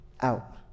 out